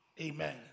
Amen